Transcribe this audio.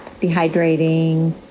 dehydrating